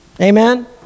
Amen